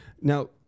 Now